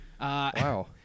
Wow